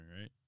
right